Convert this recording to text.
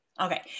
okay